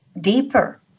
deeper